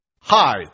Hi